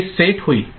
ते सेट होईल